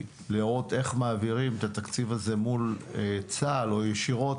לראות איך מעבירים את התקציב הזה מול צה"ל או ישירות,